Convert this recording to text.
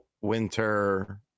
Winter